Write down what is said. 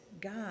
God